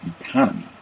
economy